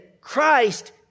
Christ